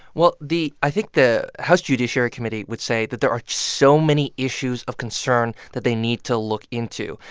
well, the i think the house judiciary committee would say that there are so many issues of concern that they need to look into.